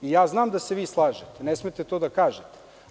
Znam da se i vi slažete, ne smete to da kažete.